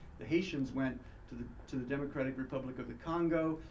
the haitians went to the to the democratic republic of the congo.